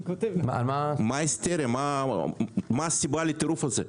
מה הסיבה לטירוף הזה?